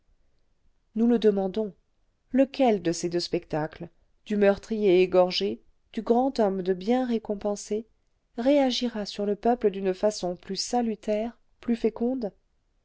nous le demandons lequel de ces deux spectacles du meurtrier égorgé du grand homme de bien récompensé réagira sur le peuple d'une façon plus salutaire plus féconde